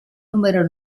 numero